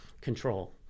control